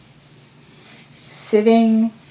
sitting